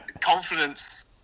confidence